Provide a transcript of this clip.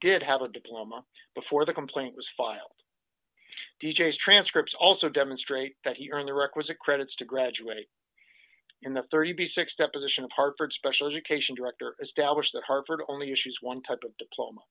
did have a diploma before the complaint was filed d j s transcripts also demonstrate that he earned the requisite credits to graduate in the thirty six deposition of hartford special education director established at harvard only issues one type of diploma